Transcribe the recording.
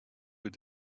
with